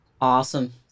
awesome